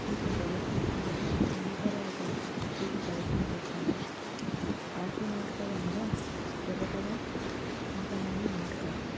వీటిని ప్రదర్శించడం ద్వారా ముందుతరాలకు వీటిని పరిచయం చేస్తున్నాను హాస్యనాటకాలు అనగా బుర్రకథ చింతామణి నాటకాలు